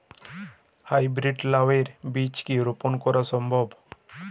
High breed লাও এর বীজ কি রোপন করা সম্ভব?